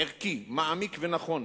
ערכי, מעמיק ונכון,